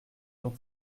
dont